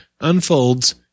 unfolds